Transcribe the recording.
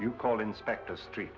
you call inspect the street